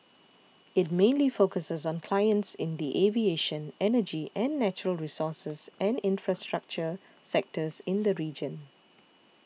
it mainly focuses on clients in the aviation energy and natural resources and infrastructure sectors in the region